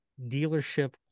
dealership